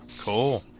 Cool